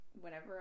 whenever